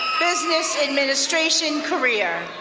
business administration career.